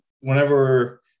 whenever